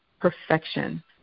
perfection